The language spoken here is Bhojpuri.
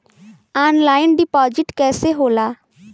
ऑनलाइन डिपाजिट कैसे होला?